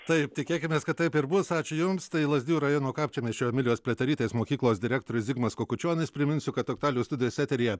taip tikėkimės kad taip ir bus ačiū jums tai lazdijų rajono kapčiamiesčio emilijos pliaterytės mokyklos direktorius zigmas kukučionis priminsiu kad aktualijų studijos eteryje